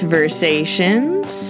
Versations